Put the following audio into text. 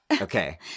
Okay